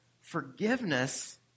forgiveness